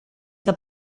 que